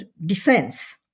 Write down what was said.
defense